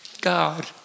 God